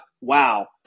wow